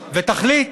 ותחליט,